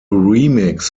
remix